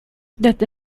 desde